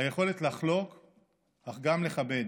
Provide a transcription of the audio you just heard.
היכולת לחלוק אך גם לכבד,